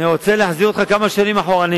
אני רוצה להחזיר אתכם כמה שנים אחורנית.